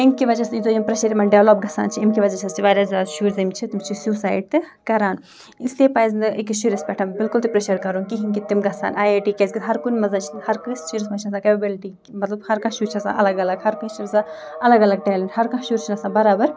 امہِ کہِ وجہ سۭتۍ یُس زَن یِم پرٛٮ۪شَر یِمَن ڈٮ۪ولپ گژھان چھِ امہِ کہِ وَجہ سۭتۍ چھِ واریاہ زیادٕ شُرۍ زَن یِم چھِ تِم چھِ سیوٗسایڈ تہِ کَران اسلیے پَزِ نہٕ أکِس شُرِس پٮ۪ٹھ بلکُل تہِ پرٛٮ۪شَر کَرُن کِہیٖنۍ کہِ تِم گژھن آی آی ٹی کیٛازِکہِ ہرکُنہِ منٛز چھِ ہَرکٲنٛسہِ شُرِس منٛز چھِ آسان کٮ۪پبٕلٹی کہِ مطلب ہر کانٛہہ شُر چھِ آسان الگ الگ ہرکٲنٛسہِ چھِ آسان الگ الگ ٹیلٮ۪نٛٹ ہرکانٛہہ شُر چھِنہٕ آسان بَرابَر